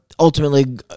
ultimately